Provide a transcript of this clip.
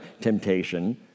temptation